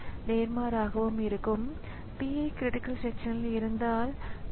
இதுபோல கணினியுடன் ஒரு விசைப்பலகை இணைக்கப்பட்டுள்ளது என்று வைத்துக்கொள்வோம்